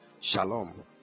Shalom